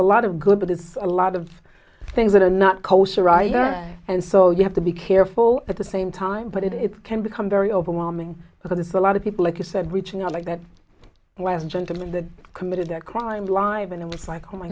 a lot of good but it's a lot of things that are not kosher right and so you have to be careful at the same time but it can become very overwhelming because it's a lot of people like you said reaching out like that when gentleman that committed that crime live and it was like oh my